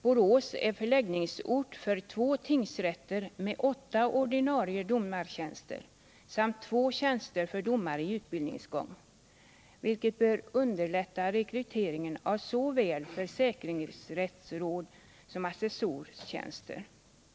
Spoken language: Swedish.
Borås är förläggningsort för två tingsrätter med åtta ordinarie domartjänster samt två tjänster för domare i utbildningsgång, vilket bör underlätta rekryteringen — Inrättande av av såväl försäkringsrättsråd som assessorstjänster.